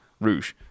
Rouge